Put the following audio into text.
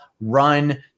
run